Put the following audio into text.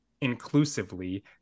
inclusively